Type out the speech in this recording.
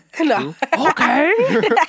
okay